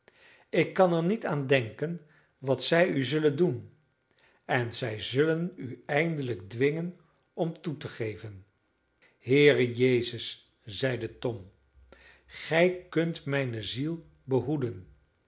ik kan er niet aan denken wat zij u zullen doen en zij zullen u eindelijk dwingen om toe te geven heere jezus zeide tom gij kunt mijne ziel behoeden